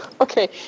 okay